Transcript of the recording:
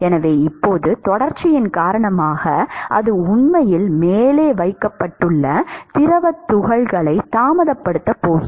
எனவே இப்போது தொடர்ச்சியின் காரணமாக அது உண்மையில் மேலே வைக்கப்பட்டுள்ள திரவத் துகள்களைத் தாமதப்படுத்தப் போகிறது